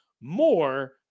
more